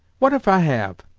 what if i have?